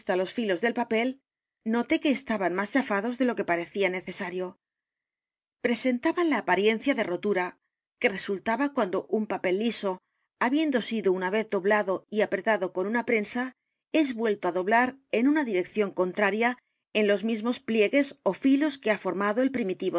los filos del papel noté que estaban más chafados de lo que parecía neceedgar poe novelas y cuentos sario presentaban la apariencia de rotura que resulta cuando un papel liso habiendo sido una vez doblado y apretado con una prensa es vuelto á doblar en una d i rección contraria en los mismos pliegues ó filos que ha formado el